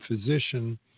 physician